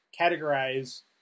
categorize